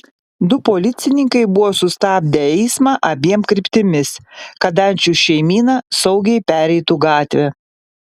du policininkai buvo sustabdę eismą abiem kryptimis kad ančių šeimyna saugiai pereitų gatvę